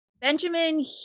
Benjamin